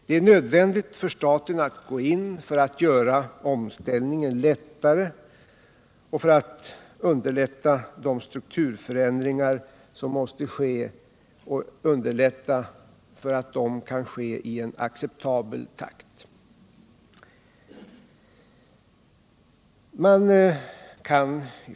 Det är nödvändigt för staten att gå in för att göra omställningen lättare och underlätta för strukturförändringar att ske i en acceptabel takt.